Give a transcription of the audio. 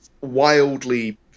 wildly